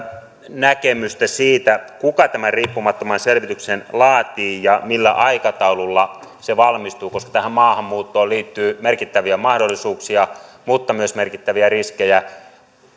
näkemystä siitä kuka tämän riippumattoman selvityksen laatii ja millä aikataululla se valmistuu koska tähän maahanmuuttoon liittyy merkittäviä mahdollisuuksia mutta myös merkittäviä riskejä